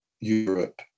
Europe